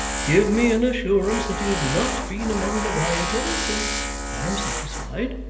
give me an assurance that you have not been among the rioters, and i am satisfied